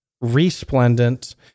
resplendent